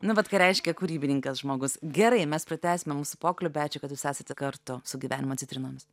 nu vat ką reiškia kūrybininkas žmogus gerai mes pratęsime mūsų pokalbį ačiū kad jūs esate kartu su gyvenimo citrinomis